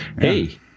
hey